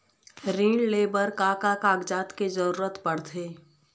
ऋण ले बर का का कागजात के जरूरत पड़थे?